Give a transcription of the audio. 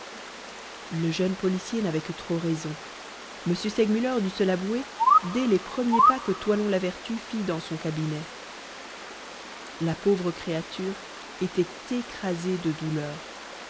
le jeune policier n'avait que trop raison m segmuller dut se l'avouer dès les premiers pas que toinon la vertu fit dans son cabinet la pauvre créature était écrasée de douleur